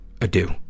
adieu